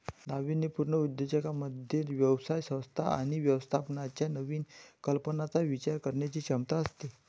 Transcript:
नाविन्यपूर्ण उद्योजकांमध्ये व्यवसाय संस्था आणि व्यवस्थापनाच्या नवीन कल्पनांचा विचार करण्याची क्षमता असते